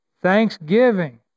Thanksgiving